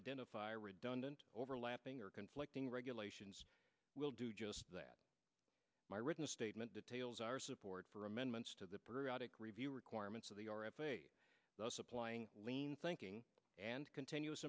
identify redundant overlapping or conflicting regulations will do just that my written statement details our support for amendments to the periodic review requirements of the r m those applying lean thinking and continuous